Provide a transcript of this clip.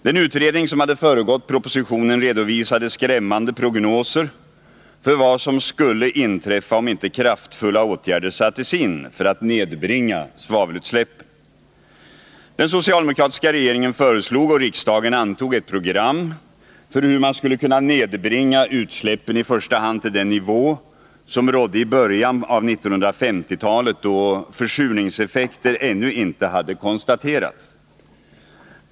Den utredning som hade föregått propositionen redovisade skrämmande prognoser för vad som skulle inträffa om inte kraftfulla åtgärder sattes in för att nedbringa svavelutsläppen. Den socialdemokratiska regeringen föreslog och riksdagen antog ett program för hur man skulle kunna nedbringa utsläppen i första hand till den nivå som rådde i början av 1950-talet, då försurningseffekter ännu inte hade konstaterats.